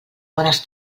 bones